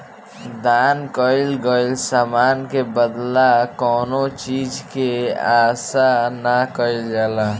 दान कईल गईल समान के बदला कौनो चीज के आसा ना कईल जाला